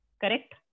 correct